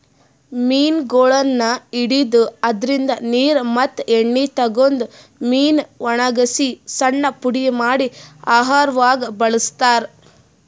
ಮೀನಗೊಳನ್ನ್ ಹಿಡದು ಅದ್ರಿನ್ದ ನೀರ್ ಮತ್ತ್ ಎಣ್ಣಿ ತಗದು ಮೀನಾ ವಣಗಸಿ ಸಣ್ಣ್ ಪುಡಿ ಮಾಡಿ ಆಹಾರವಾಗ್ ಬಳಸ್ತಾರಾ